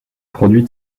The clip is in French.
produit